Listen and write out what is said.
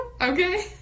Okay